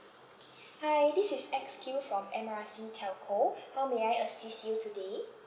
hi this is X Q from M R C telco how may I assist you today